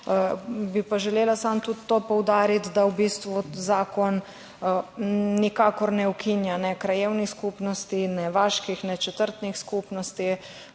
Bi pa želela tudi to poudariti, da v bistvu zakon nikakor ne ukinja ne krajevnih skupnosti ne vaških ne četrtnih skupnosti,